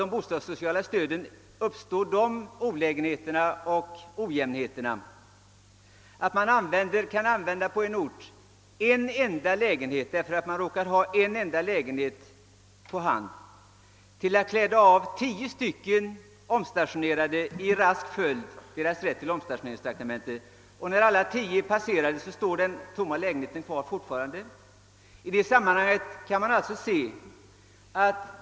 De bostadssociala stödens effekt kan leda till sådana olägenheter och ojämnheter på en ort, där det råkar finnas en enda lägenhet på hand, att tio omstationerade personer i rask följd avkläds sin rätt till omstationeringstraktamente. När dessa tio personer passerat står den tomma lägenheten fortfarande kvar.